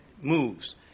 moves